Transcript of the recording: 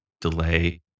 delay